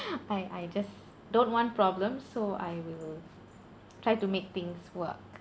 I I just don't want problem so I will try to make things work